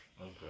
Okay